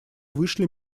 вышли